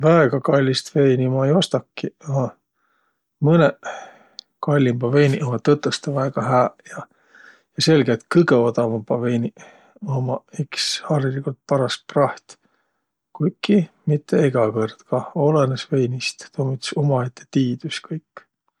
Väega kallist veini ma ei ostaki, a mõnõq kallimbaq veiniq ummaq tõtõstõ väega hääq. Ja selge, et kõgõ odavambaq veiniq ummaq iks hariligult paras praht. Kuiki mitte egä kõrd kah. Olõnõs veinist. Tuu um üts umaette tiidüs kõik.